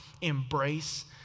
embrace